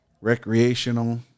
recreational